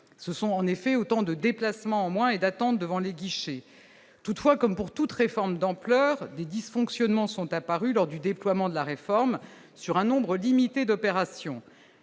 se sont en effet autant de déplacements moins et d'attente devant les guichets, toutefois, comme pour toute réforme d'ampleur des dysfonctionnements sont apparus lors du déploiement de la réforme sur un nombre d'imiter d'opérations